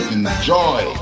enjoy